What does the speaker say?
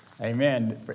Amen